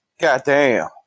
Goddamn